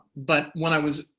but when i was,